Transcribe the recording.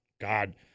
God